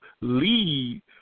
lead